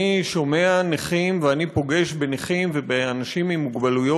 אני שומע נכים ואני פוגש בנכים ובאנשים עם מוגבלות,